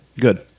Good